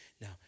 Now